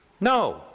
No